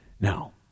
Now